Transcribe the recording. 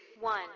one